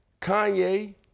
Kanye